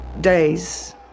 days